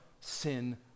sin